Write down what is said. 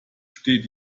steht